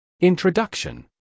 Introduction